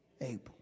able